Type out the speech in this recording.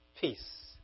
peace